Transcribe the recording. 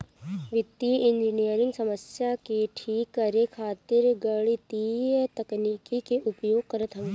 वित्तीय इंजनियरिंग समस्या के ठीक करे खातिर गणितीय तकनीकी के उपयोग करत हवे